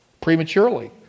prematurely